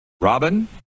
Robin